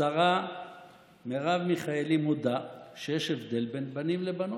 השרה מרב מיכאלי מודה שיש הבדל בין בנים לבנות.